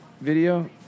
video